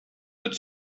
autre